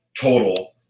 total